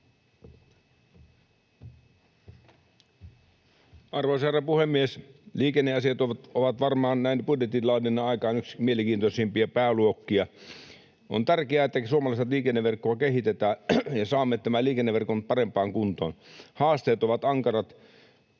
Arvoisa herra puhemies! Liikenneasiat ovat varmaan näin budjetin laadinnan aikaan yksi mielenkiintoisimpia pääluokkia. On tärkeää, että suomalaista liikenneverkkoa kehitetään ja saamme tämän liikenneverkon parempaan kuntoon. Haasteet ovat ankarat.